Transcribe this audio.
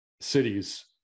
cities